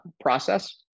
process